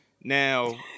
Now